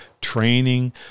training